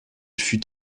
fut